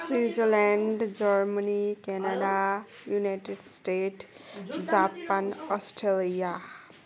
Switzerland Germany Canada united state Japan Australia